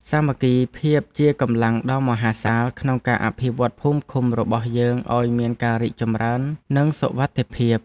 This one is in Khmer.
សាមគ្គីភាពជាកម្លាំងដ៏មហាសាលក្នុងការអភិវឌ្ឍភូមិឃុំរបស់យើងឱ្យមានការរីកចម្រើននិងសុវត្ថិភាព។